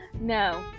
no